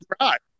right